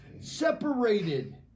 separated